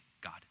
God